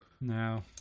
No